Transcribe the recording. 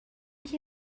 que